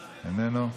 איננו,